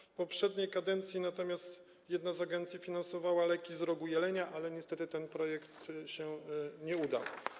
W poprzedniej kadencji natomiast jedna z agencji finansowała leki z rogu jelenia, ale niestety ten projekt się nie udał.